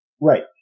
right